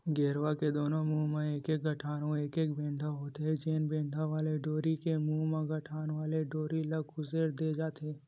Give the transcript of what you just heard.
गेरवा के दूनों मुहूँ म एकाक गठान अउ एकाक बेंधा होथे, जेन बेंधा वाले डोरी के मुहूँ म गठान वाले डोरी ल खुसेर दे जाथे